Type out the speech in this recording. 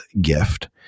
gift